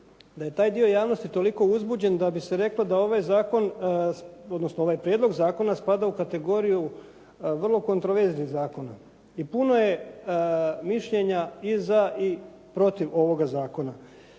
da je taj dio javnosti toliko uzbuđen da bi se reklo da ovaj zakon odnosno ovaj prijedlog zakona spada u kategoriju vrlo kontroverznih zakona i puno je mišljenja i za i protiv ovoga zakona.